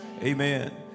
Amen